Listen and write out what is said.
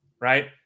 right